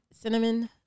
cinnamon